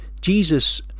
Jesus